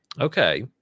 Okay